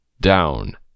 down